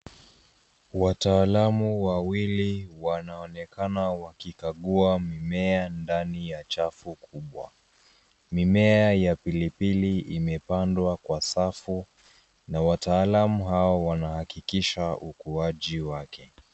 Wataalamu wawili wanaonekana wakikagua mimea ndani ya chafu kubwa. Mimea ya pilipili imepandwa kwa safu, na wataalamu hao wanahakikisha ukuaji wake.